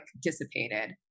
dissipated